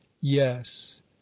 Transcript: yes